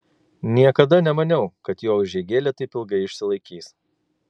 niekada nemaniau kad jo užeigėlė taip ilgai išsilaikys